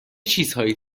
چیزهایی